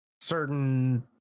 certain